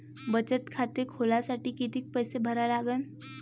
बचत खाते खोलासाठी किती पैसे भरा लागन?